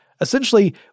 Essentially